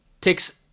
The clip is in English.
takes